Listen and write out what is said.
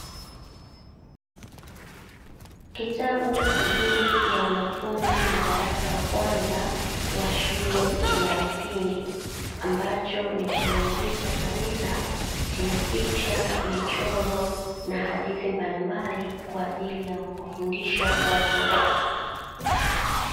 Kitabu kwa ajili ya wanafunzi wa darasa la kwanza wa shule ya msingi ambacho ni toleo jipya kabisa chenye: picha, michoro na hadithi mbalimbali; kwa ajili ya kuwafundisha watoto.